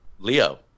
Leo